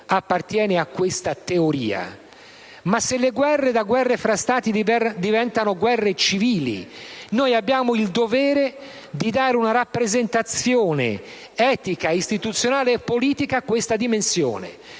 rientra in questa teoria, ma se le guerre da guerre fra Stati diventano guerre civili, noi abbiamo il dovere di dare una rappresentazione etica, istituzionale e politica a questa dimensione,